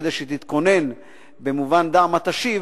כדי שתתכונן במובן "דע מה תשיב",